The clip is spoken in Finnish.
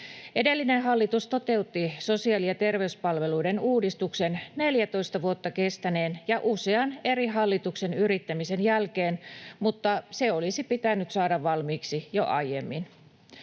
Edellinen hallitus toteutti sosiaali- ja terveyspalveluiden uudistuksen 14 vuotta kestäneen usean eri hallituksen yrittämisen jälkeen, mutta se olisi pitänyt saada valmiiksi jo aiemmin.